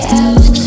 else